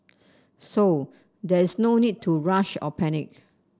so there is no need to rush or panic